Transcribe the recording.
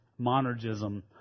monergism